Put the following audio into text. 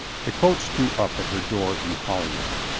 the coach drew up at her door in holywell.